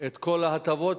את כל ההטבות